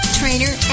trainer